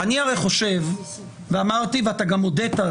אני הרי חושב ואמרתי, ולדעתי אתה גם הודית,